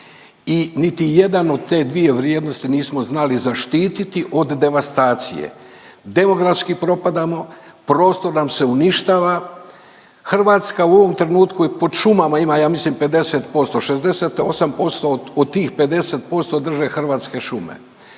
i niti jedan od te dvije vrijednosti nismo znali zaštiti od devastacije. Demografski propadamo, prostor nam se uništava, Hrvatska u ovom trenutku i pod šumama ima ja mislim 50%, 68% od tih 50% drže Hrvatske šume.